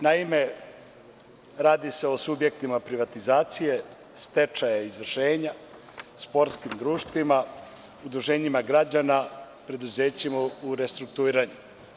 Naime, radi se o subjektima privatizacije, stečaja izvršenja, sportskim društvima, udruženjima građana, preduzećima u restrukturiranju.